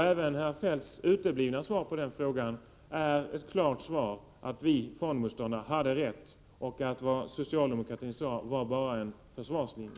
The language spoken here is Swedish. Även herr Feldts uteblivna svar på frågan är ett klart besked om att vi fondmotståndare hade rätt och att vad socialdemokraterna sade bara var en försvarslinje.